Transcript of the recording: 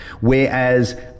whereas